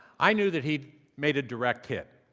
i knew that he'd made a direct hit.